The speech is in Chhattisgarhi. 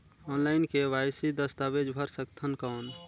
ऑनलाइन के.वाई.सी दस्तावेज भर सकथन कौन?